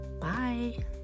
Bye